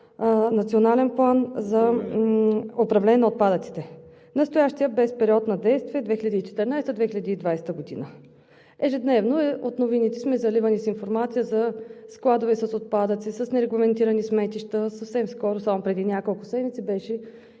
Национален план за управление на отпадъците. Настоящият бе с период на действие 2014 – 2020 г. Ежедневно от новините сме заливани с информация за складове с отпадъци, с нерегламентирани сметища. Съвсем скоро, само преди няколко седмици беше